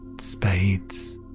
spades